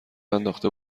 انداخته